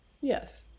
yes